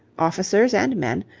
officers and men,